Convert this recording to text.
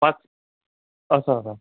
पाच असं असं